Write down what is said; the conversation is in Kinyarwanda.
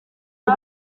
y’u